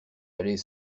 aller